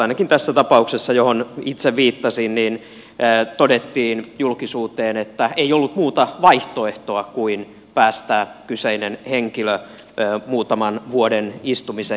ainakin tässä tapauksessa johon itse viittasin todettiin julkisuuteen että ei ollut muuta vaihtoehtoa kuin päästää kyseinen henkilö muutaman vuoden istumisen jälkeen vapauteen